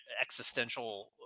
existential